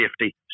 safety